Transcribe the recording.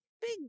big